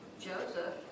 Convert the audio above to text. Joseph